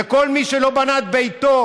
זה כל מי שלא בנה את ביתו,